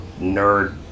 nerd